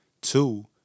Two